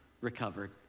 recovered